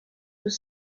was